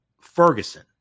Ferguson